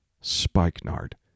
spikenard